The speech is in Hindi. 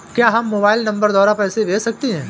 क्या हम मोबाइल नंबर द्वारा पैसे भेज सकते हैं?